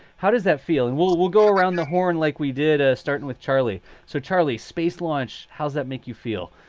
how does that feeling and we'll we'll go around the horn like we did starting with charlie. so, charlie, space launch. how's that make you feel?